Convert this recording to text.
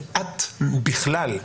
מעט בכלל.